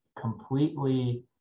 completely